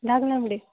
রাখলাম রে